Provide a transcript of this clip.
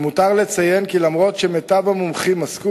למותר לציין כי אף שמיטב המומחים עסקו